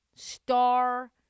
Star